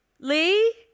Lee